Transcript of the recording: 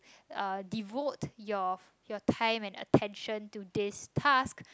uh devote your your time and attention to this task